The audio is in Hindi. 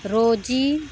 रोज़ी